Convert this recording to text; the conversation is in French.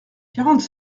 quarante